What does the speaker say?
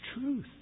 truth